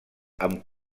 amb